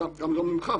גם לא ממך,